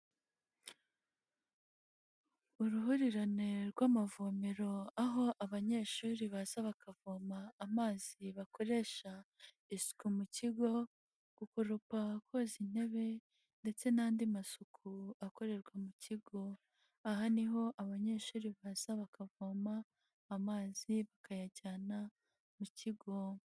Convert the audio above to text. Uruhurirane rw'amavomero aho abanyeshuri baza bakavoma amazi bakoresha isuku mu kigo, gukoropa, koz'intebe ndetse n'andi masuku akorerwa mu kigo. Aha niho abanyeshuri baza bakavoma amazi, bakayajyana mu kigo.